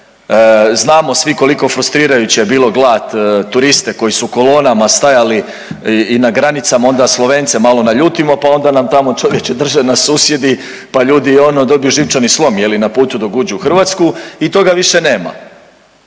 Znamo svi koliko frustrirajuće je bilo gledati turiste koji su u kolonama stajali i na granicama onda Slovence malo naljutimo, pa onda nam tamo čovječe drže nas susjedi pa ljudi ono dobiju živčani slom je li na putu dok uđu u Hrvatsku. I toga više nema.